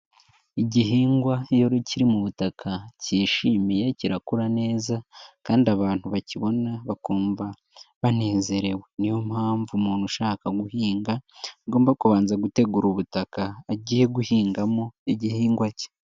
Igihingwa iyo ru kiri mu butaka cyishimiye kirakura neza kandi abantu bakibona bakumva banezerewe, niyo mpamvu umuntu ushaka guhinga agomba kubanza gutegura ubutaka agiye guhingamo igihingwa cye.